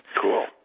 Cool